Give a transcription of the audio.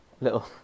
Little